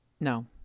no